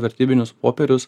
vertybinius popierius